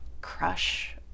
crush